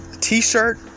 T-shirt